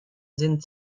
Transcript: sind